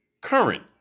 current